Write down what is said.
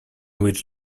which